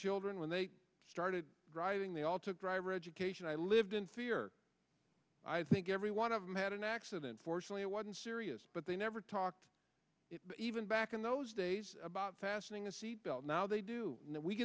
children when they started driving they all took driver education i lived in fear i think every one of them had an accident fortunately it wasn't serious but they never talked even back in those days about fastening a seatbelt now they do